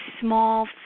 small